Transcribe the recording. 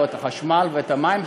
לא את החשמל ולא את המים.